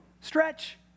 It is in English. Stretch